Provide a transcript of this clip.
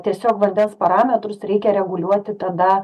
tiesiog vandens parametrus reikia reguliuoti tada